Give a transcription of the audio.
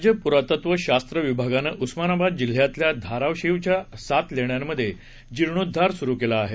राज्य पुरातत्वशास्त्र विभागानं उस्मानाबाद जिल्ह्यातल्या धाराशीवच्या सात लेण्यांमधे जिर्णोद्वार सुरू केला आहे